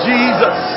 Jesus